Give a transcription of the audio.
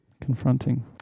Confronting